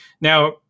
Now